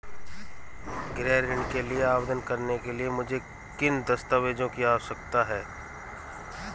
गृह ऋण के लिए आवेदन करने के लिए मुझे किन दस्तावेज़ों की आवश्यकता है?